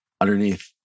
underneath